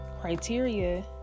criteria